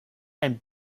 and